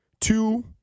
two